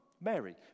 Mary